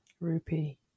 Rupee